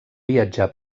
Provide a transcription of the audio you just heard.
viatjà